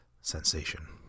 Sensation